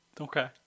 Okay